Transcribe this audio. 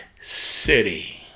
city